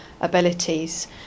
abilities